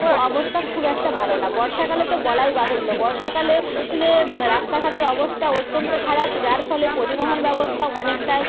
ও অবস্থা খুব একটা ভালো না বর্ষাকালে তো বলাই বাহুল্য বর্ষাকালে কালে রাস্তাঘাটের অবস্থা অত্যন্ত খারাপ যার ফলে পরিবহন ব্যবস্থা অনেকটাই